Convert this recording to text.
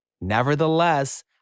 Nevertheless